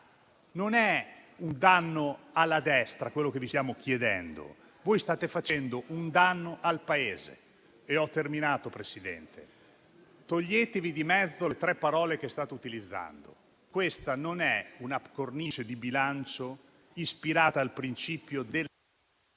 Non è un danno alla destra quello che vi stiamo chiedendo. Voi state facendo un danno al Paese. Togliete di mezzo le tre parole che state utilizzando. Questa non è una cornice di bilancio ispirata ai princìpi della